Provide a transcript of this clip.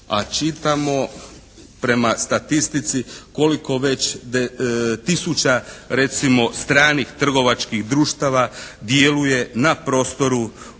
a čitamo prema statistici koliko već tisuća recimo stranih trgovačkih društava djeluje na prostoru Republike